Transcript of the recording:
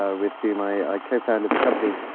ah with whom i co-founded the company.